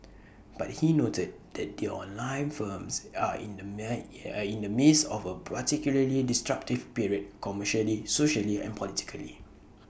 but he noted that the online firms are in the are in the midst of A particularly disruptive period commercially socially and politically